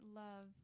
love